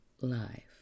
life